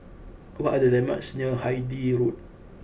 what are the landmarks near Hythe Road